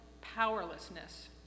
powerlessness